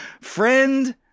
friend